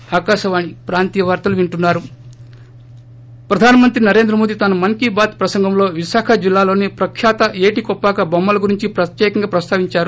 break ప్రధానమంత్రి నరేంద్ర మోడీ తన మన్ కీ బాత్ ప్రసంగంలో విశాఖ జిల్లాలోని ప్రఖ్యాత ఏటికొప్పాక బొమ్మల గురించి ప్రత్యేకంగా ప్రస్తావించారు